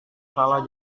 salah